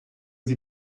sie